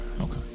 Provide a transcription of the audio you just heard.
Okay